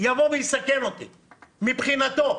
יבוא ויסכן אותי מבחינתו.